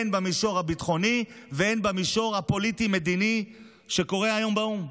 הן במישור הביטחוני והן במישור הפוליטי-מדיני שקורה היום באו"ם.